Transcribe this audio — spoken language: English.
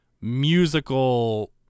musical